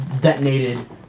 detonated